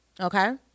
Okay